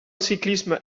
ciclisme